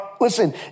Listen